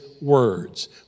words